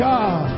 God